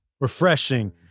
refreshing